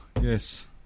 Yes